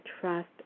trust